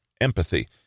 empathy